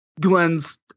Glenn's